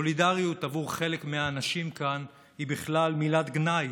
סולידריות עבור חלק מהאנשים כאן היא בכלל מילת גנאי,